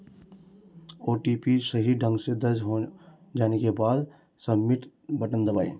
OTP सही ढंग से दर्ज हो जाने के बाद, सबमिट बटन दबाएं